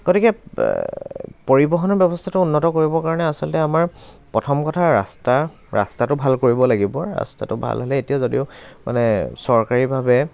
গতিকে পৰিবহণৰ ব্য়ৱস্থাটো উন্নত কৰিব কাৰণে আচলতে আমাৰ প্ৰথম কথা ৰাস্তা ৰাস্তাটো ভাল কৰিব লাগিব ৰাস্তাটো ভাল হ'লে এতিয়া যদিও মানে চৰকাৰীভাৱে